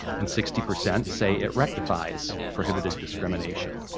and sixty percent say it rectifies prohibited discrimination.